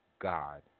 God